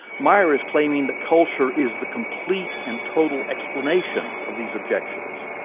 meyer is claiming the culture is the complete and total explanation of these objections.